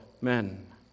men